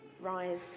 rise